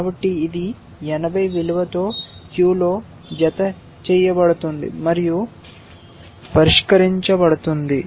కాబట్టి ఇది 80 విలువతో క్యూలో జతచేయబడుతుంది మరియు పరిష్కరించబడుతుంది